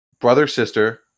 brother-sister